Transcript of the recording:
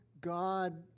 God